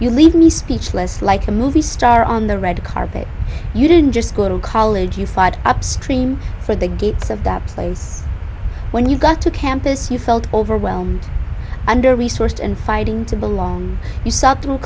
you leave me speechless like a movie star on the red carpet you didn't just go to college you fired up stream for the gates of that place when you got to campus you felt overwhelmed under resourced and fighting to belong you s